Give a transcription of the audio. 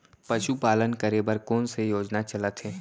पशुपालन करे बर कोन से योजना चलत हे?